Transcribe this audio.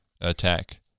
attack